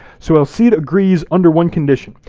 so el cid agrees under one condition,